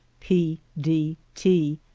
p. d. t.